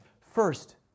First